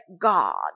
God